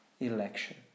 election